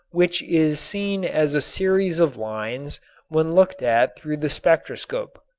which is seen as a series of lines when looked at through the spectroscope.